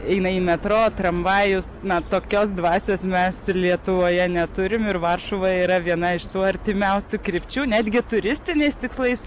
eina į metro tramvajus na tokios dvasios mes lietuvoje neturim ir varšuva yra viena iš tų artimiausių krypčių netgi turistiniais tikslais